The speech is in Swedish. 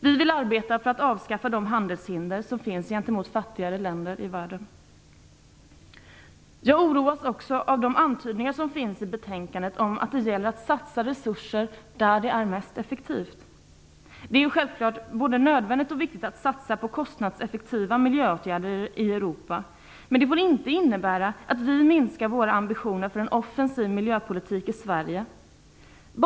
Vi vill arbeta för att avskaffa de handelshinder som finns gentemot fattigare länder i världen. Jag oroas också av de antydningar som finns i betänkandet om att det gäller att satsa resurser där det är mest effektivt. Det är självklart både nödvändigt och viktigt att satsa på kostnadseffektiva miljöåtgärder i Europa. Men det får inte innebära att vi minskar våra ambitioner för en offensiv miljöpolitik i Sverige.